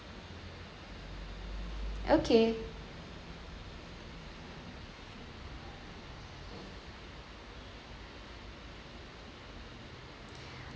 okay